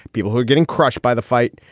people who are getting crushed by the fight.